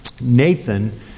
Nathan